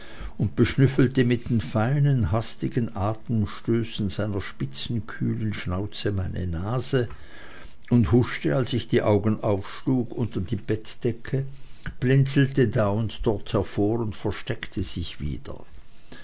und beschnüffelte mit den feinen hastigen atemstößen seiner spitzen kühlen schnauze meine nase und huschte als ich die augen aufschlug unter die bettdecke blinzelte da und dort hervor und versteckte sich wieder